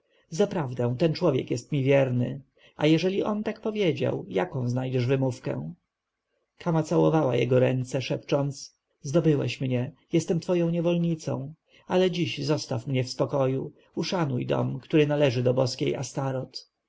zaprawdę ten człowiek jest mi wierny a jeżeli on tak powiedział jaką znajdziesz wymówkę kama całowała jego ręce szepcząc zdobyłeś mnie jestem twoją niewolnicą ale dziś zostaw mnie w spokoju uszanuj dom który należy do boskiej astoreth